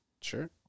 sure